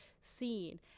seen